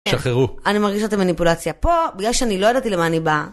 שחררו. אני מרגישה את המניפולציה פה בגלל שאני לא ידעתי למה אני באה.